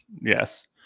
Yes